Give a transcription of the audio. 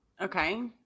Okay